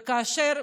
וכאשר,